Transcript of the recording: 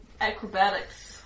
acrobatics